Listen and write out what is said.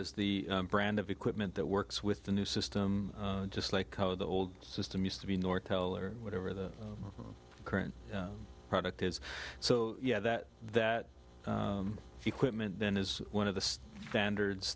is the brand of equipment that works with the new system just like the old system used to be nortel or whatever the current product is so yeah that that equipment then is one of the standards